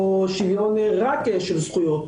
או שוויון רק של זכויות,